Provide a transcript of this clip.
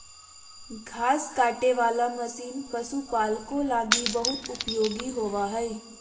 घास काटे वाला मशीन पशुपालको लगी बहुत उपयोगी होबो हइ